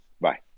Bye